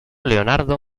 leonardo